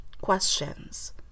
questions